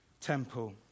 temple